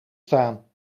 staan